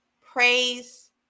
praise